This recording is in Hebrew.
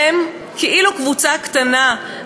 והם כאילו קבוצה קטנה,